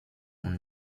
und